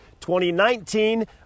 2019